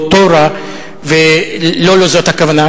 "טורה" ולא לזאת הכוונה.